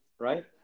Right